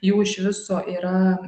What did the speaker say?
jų iš viso yra